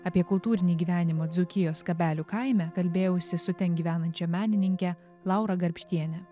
apie kultūrinį gyvenimą dzūkijos kabelių kaime kalbėjausi su ten gyvenančia menininke laura garbštiene